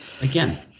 Again